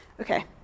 Okay